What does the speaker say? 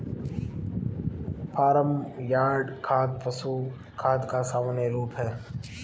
farm yard खाद पशु खाद का सामान्य रूप है